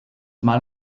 mal